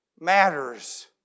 matters